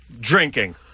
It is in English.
drinking